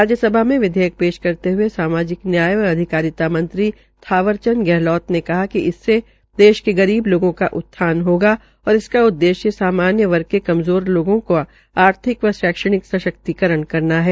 राज्यसभा में विधेयक प्रेश करते हये सामाजिक न्याय व अधिकारिता मंत्री थावर चंद गहलौत ने कहा कि इससे देश के गरीब लोगों का उत्थान होगा और इसका उददेश्य सामान्य वर्ग के कमज़ोर लोगों का आर्थिक व शैक्षणिक सशक्तिकरण करना है